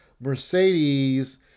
Mercedes